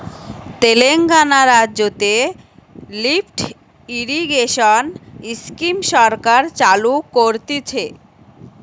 তেলেঙ্গানা রাজ্যতে lift irrigation scheme সরকার চালু করতিছে